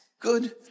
good